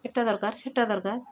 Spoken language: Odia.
ଏଟା ଦରକାର ସେଟା ଦରକାର